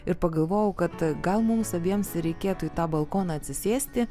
ir pagalvojau kad gal mums abiems reikėtų į tą balkoną atsisėsti